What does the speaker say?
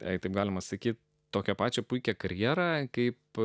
jei taip galima sakyti tokią pačią puikią karjerą kaip